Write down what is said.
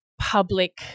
public